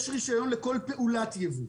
יש רישיון לכל פעולת ייבוא.